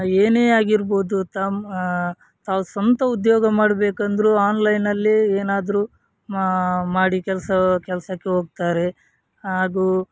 ಏನೇ ಆಗಿರ್ಬೋದು ತಮ್ಮ ತಾವು ಸ್ವಂತ ಉದ್ಯೋಗ ಮಾಡಬೇಕಂದ್ರೂ ಆನ್ಲೈನಲ್ಲೇ ಏನಾದ್ರೂ ಮಾ ಮಾಡಿ ಕೆಲಸ ಕೆಲಸಕ್ಕೆ ಹೋಗ್ತಾರೆ ಹಾಗೂ